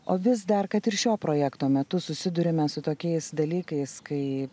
o vis dar kad ir šio projekto metu susiduriame su tokiais dalykais kai